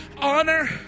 Honor